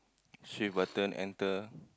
shift button enter